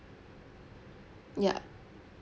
ya